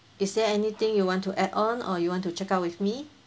is there anything you want to add on or you want to check out with me